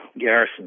Garrison